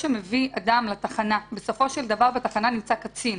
שמביא אדם לתחנה בסופו של דבר בתחנה נמצא קצין.